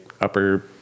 upper